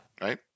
Right